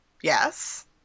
Yes